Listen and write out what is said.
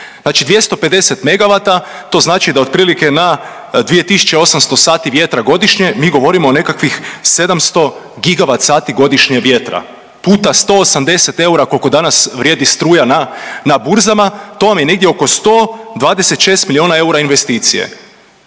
Znači 250 megavata, to znači da otprilike na 2800 sati vjetra godišnje mi govorimo o nekakvih 700 gigavat sati godišnje vjetra puta 180 eura koliko danas vrijedi struja na burzama. To vam je negdje oko 126 milijuna eura investicije.